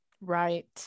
right